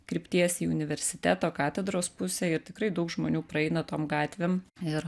krypties į universiteto katedros pusę ir tikrai daug žmonių praeina tom gatvėm ir